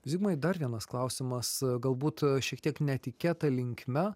zigmai dar vienas klausimas galbūt šiek tiek netikėta linkme